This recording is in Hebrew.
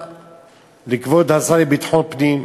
דרישה לכבוד השר לביטחון פנים,